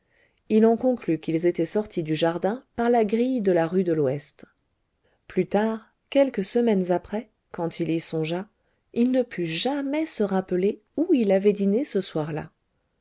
il en conclut qu'ils étaient sortis du jardin par la grille de la rue de l'ouest plus tard quelques semaines après quand il y songea il ne put jamais se rappeler où il avait dîné ce soir-là